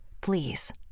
Please